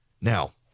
Now